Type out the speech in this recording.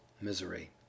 misery